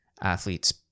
athletes